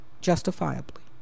justifiably